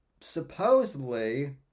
supposedly